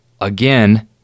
again